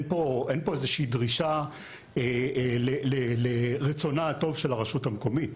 פה איזושהי דרישה לרצונה הטוב של הרשות המקומית.